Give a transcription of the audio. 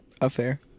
Affair